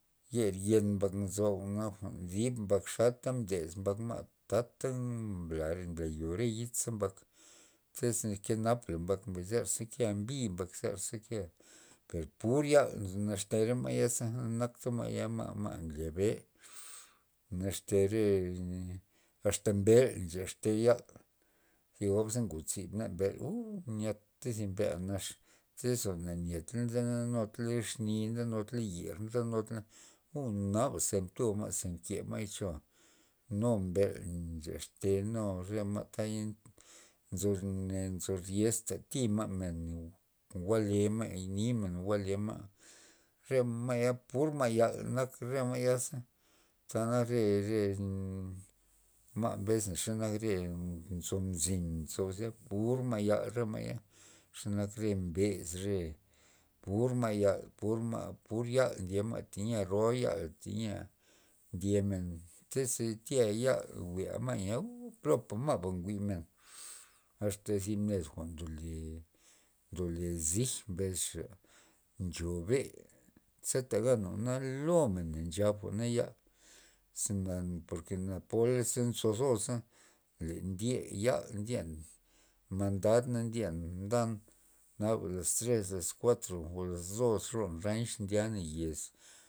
Yer yen mbak nzo jwa'na dib mbak xata ndes mbak ma' ta mbla yo re xiza mbak tyz kenap la mbak perze kea mbi mbak zerza ke per pur mal naxte re ma'yaza nakta ma'ya ma'-ma' nlya be naxte re asta mbel' yaxte yal zi gob ze ngozib na mbel' uu nyata zi mbel' nax tyz na nyed la na nde nud la exni na nde nud la yer nde nud la uu naba ze mtu ma' ze mke may choa' nu mbel' nchax te nu re ma'taya nzo nzo ryes ta thi men jwa'lema' ye nimen jwa'lema re ma'ya pur ma' yal nak re ma' ya za tanak re- re ma mbesna xenak re nzo mzin nzo ze pur ma'yal re ma' ya, xenak re mbe's re pur ma' yal pur ma' pur yal ndye ma' tayia roa yal teyia ndyemen ze tya yal jwi'ma uuu plopa ma' njwi'men asta zi med jwa'n ndole ndole zij mbes xa nxo be ze tagan jwa'na lomen na nchan na yal ze na por na pola ze nzo zosa le ndye yal ndyen mandadna ndyen ndan naba las tres las kuatro ngo laz dos nrion ranch ndyana yez.